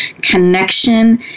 connection